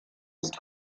ist